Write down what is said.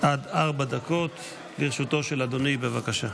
עד ארבע דקות לרשותו של אדוני, בבקשה.